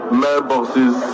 mailboxes